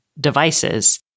device's